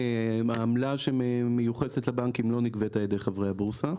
העמלה שמיוחסת לבנקים לא נגבית על ידי חברי הבורסה,